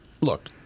look